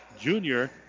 junior